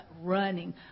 running